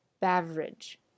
beverage